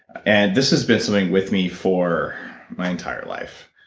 and this has been something with me for my entire life.